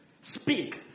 speak